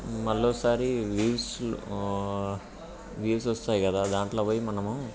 మరోసారి views views వస్తాయి కదా దాంట్లో పోయి మనము